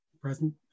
present